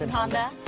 and